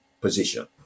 position